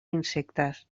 insectes